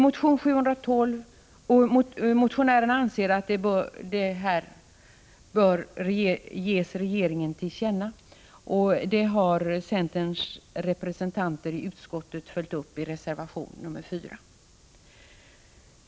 Motionärerna anser att vad som i motionerna anförts bör ges regeringen till känna. Detta har centerns representanter i utskottet följt upp i reservation 4.